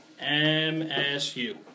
MSU